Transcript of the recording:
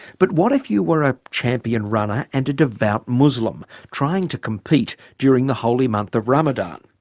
but what if you were a champion runner and a devout muslim trying to compete during the holy month of ramadan?